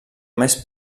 més